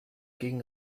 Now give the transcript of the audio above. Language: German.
gegen